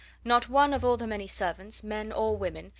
not one of all the many servants, men or women,